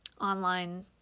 online